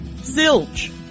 Zilch